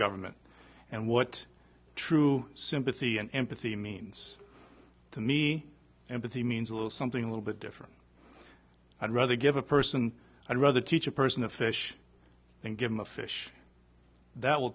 government and what true sympathy and empathy means to me empathy means a little something a little bit different i'd rather give a person i'd rather teach a person a fish and give them a fish that will